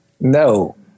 No